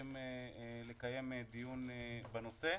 צריכים לקיים דיון בנושא.